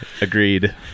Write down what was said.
Agreed